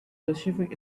receiving